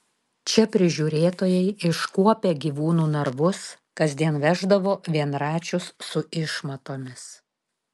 čia prižiūrėtojai iškuopę gyvūnų narvus kasdien veždavo vienračius su išmatomis